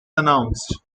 announced